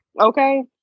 Okay